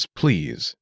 please